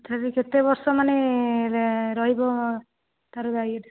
ତଥାପି କେତେ ବର୍ଷ ମାନେ ରହିବ ତାର ରାଇଡ଼